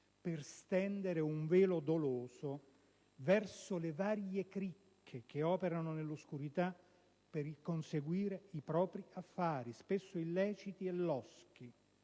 per stendere un velo doloso verso le varie cricche che operano nell'oscurità per realizzare i loro affari, spesso illeciti e loschi.